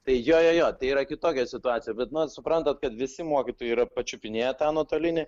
tai jo jo jo tai yra kitokia situacija bet na suprantat kad visi mokytojai yra pačiupinėję tą nuotolinį